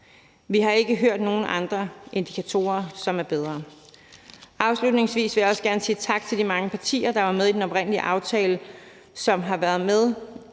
Vi har ikke hørt om nogen andre indikatorer, som er bedre. Afslutningsvis vil jeg også gerne sige tak til de mange partier, der var med i den oprindelige aftale, og som har været med